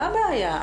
מה הבעיה?